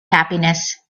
happiness